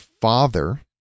father